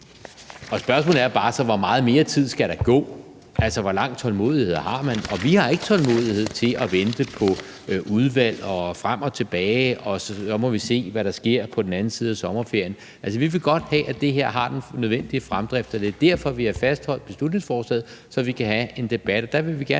Spørgsmålet er så bare, hvor meget mere tid der skal gå, altså hvor stor tålmodighed man har. Og vi har ikke tålmodighed til at vente på udvalg og frem og tilbage, og »så vi må se, hvad der sker på den anden side af sommerferien«. Vi vil godt have, at det her har den nødvendige fremdrift, og det er derfor, vi har fastholdt beslutningsforslaget, så vi kan have en debat. Der vil vi gerne